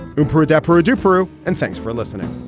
improved their perugia peru. and thanks for listening